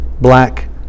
black